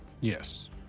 Yes